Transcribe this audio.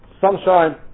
sunshine